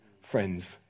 friends